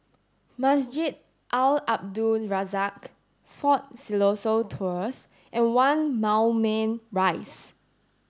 Masjid Al Abdul Razak Fort Siloso Tours and One Moulmein Rise